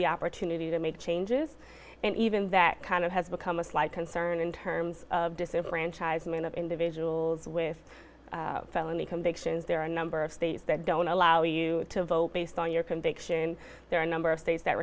the opportunity to make changes and even that kind of has become a slight concern in terms of disenfranchisement of individuals with felony convictions there are a number of states that don't allow you to vote based on your conviction there are a number of states that